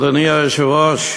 אדוני היושב-ראש,